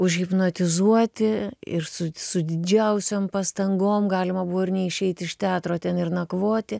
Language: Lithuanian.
užhipnotizuoti ir su su didžiausiom pastangom galima buvo ir neišeiti iš teatro ten ir nakvoti